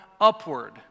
upward